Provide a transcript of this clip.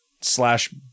slash